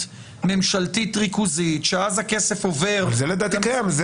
ממשלתית ריכוזית שאז הכסף עובר --- לדעתי זה קיים.